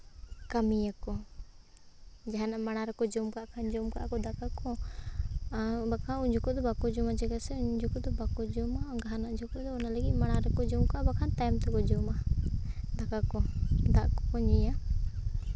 ᱠᱟᱹᱢᱤᱭᱟᱠᱚ ᱡᱟᱦᱟᱱᱟᱜ ᱢᱟᱲᱟᱝ ᱨᱮᱠᱚ ᱡᱚᱢ ᱠᱟᱜ ᱠᱷᱟᱱ ᱡᱚᱢ ᱠᱟᱜᱼᱟ ᱠᱚ ᱫᱟᱠᱟ ᱠᱚ ᱟᱨ ᱵᱟᱠᱷᱟᱡᱽ ᱩᱱ ᱡᱚᱠᱷᱚᱡᱽ ᱫᱚ ᱵᱟᱠᱚ ᱡᱚᱢᱟ ᱪᱮᱫᱟᱜ ᱥᱮ ᱩᱱ ᱡᱚᱠᱷᱮᱡᱽ ᱫᱚ ᱵᱟᱠᱚ ᱡᱚᱢᱟ ᱜᱟᱦᱱᱟᱜ ᱡᱚᱠᱷᱚᱱ ᱫᱚ ᱚᱱᱟ ᱞᱟᱹᱜᱤᱫ ᱢᱟᱲᱟᱝ ᱨᱮᱠᱚ ᱵᱟᱠᱷᱟᱱ ᱛᱟᱭᱚᱢ ᱛᱮᱠᱚ ᱡᱚᱢᱟ ᱫᱟᱠᱟ ᱠᱚ ᱫᱟᱜ ᱠᱚᱠᱚ ᱧᱩᱭᱟ